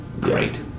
great